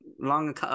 Long